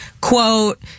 quote